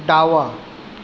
डावा